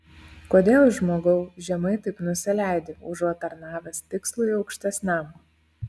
kodėl žmogau žemai taip nusileidi užuot tarnavęs tikslui aukštesniam